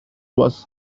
was